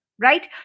right